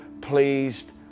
pleased